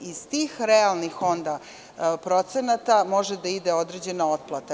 Iz tih realnih procenata onda može da ide određena otplata.